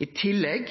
I tillegg